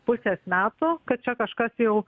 pusės metų kad čia kažkas jau